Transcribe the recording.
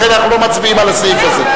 לכן אנחנו לא מצביעים על הסעיף הזה.